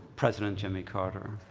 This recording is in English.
president jimmy carter.